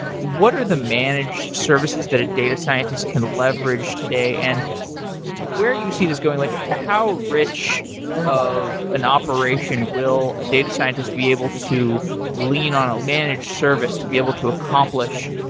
what are the managed services that a data scientist can leverage today? and where do you see this going? like how rich of an operation will a data scientist be able to lean on a managed service to be able to accomplish?